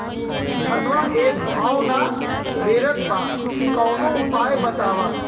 धनवा एक भाव ना रेड़त बा कवनो उपाय बतावा?